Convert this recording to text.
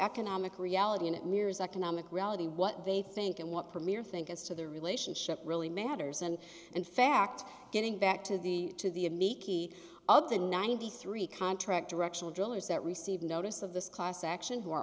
economic reality and it mirrors economic reality what they think and what premier think as to the relationship really matters and in fact getting back to the to the miki of the ninety three contract directional drillers that received notice of this class action who are